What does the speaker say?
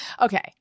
Okay